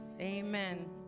Amen